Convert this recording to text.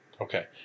Okay